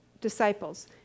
disciples